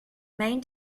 main